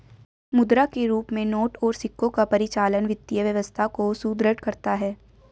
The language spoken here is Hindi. मुद्रा के रूप में नोट और सिक्कों का परिचालन वित्तीय व्यवस्था को सुदृढ़ करता है